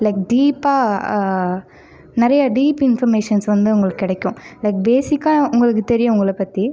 like டீப்ஹாக நிறைய deep informations வந்து உங்களுக்கு கிடைக்கும் லைக் பேசிக்கா உங்களுக்கு தெரியும் உங்களை பற்றி